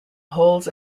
holds